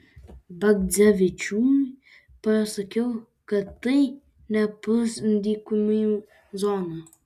bagdzevičiui pasakiau kad tai ne pusdykumių zona